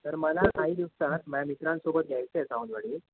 तर मला काही दिवसात माझ्या मित्रांसोबत यायचं आहे सावंतवाडी